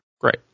Great